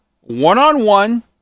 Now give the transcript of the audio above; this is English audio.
one-on-one